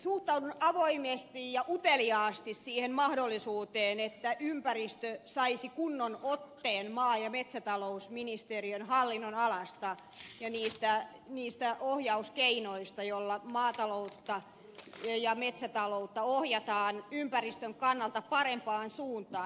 suhtaudun avoimesti ja uteliaasti siihen mahdollisuuteen että ympäristö saisi kunnon otteen maa ja metsätalousministeriön hallinnonalasta ja niistä ohjauskeinoista joilla maataloutta ja metsätaloutta ohjataan ympäristön kannalta parempaan suuntaan